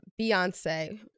Beyonce